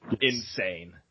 insane